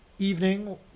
evening